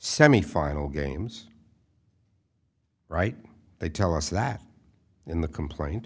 semifinal games right they tell us that in the complaint